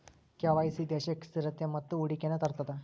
KYC ದೇಶಕ್ಕ ಸ್ಥಿರತೆ ಮತ್ತ ಹೂಡಿಕೆಯನ್ನ ತರ್ತದ